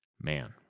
Man